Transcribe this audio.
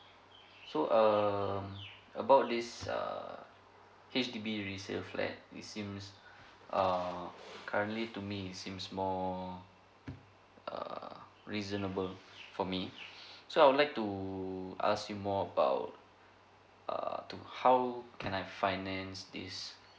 so um about this err H_D_B resale flat it seems err currently to me it seems more err reasonable for me so I would like to ask you more about err to how can I finance this